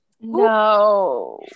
no